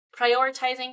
prioritizing